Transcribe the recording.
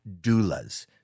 doulas